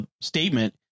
statement